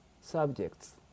subjects